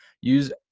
Use